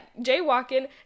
jaywalking